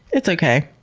it's okay.